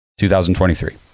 2023